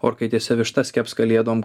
orkaitėse vištas keps kalėdom